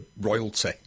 royalty